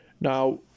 Now